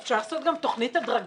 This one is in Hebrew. אפשר לעשות גם תוכנית הדרגתית,